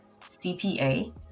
cpa